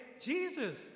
Jesus